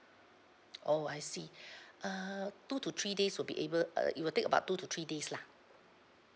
oh I see err two to three days will be able uh it will take about two to three days lah